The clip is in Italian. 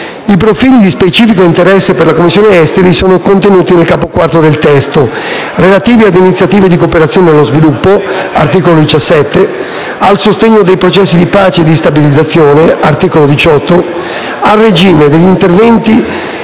I profili di specifico interesse per la Commissione esteri sono contenuti nel capo IV del testo, relativi ad iniziative di cooperazione allo sviluppo (articolo 17), al sostegno dei processi di pace e di stabilizzazione (articolo 18), al regime degli interventi